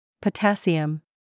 Potassium